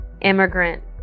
immigrant